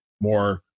more